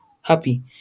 happy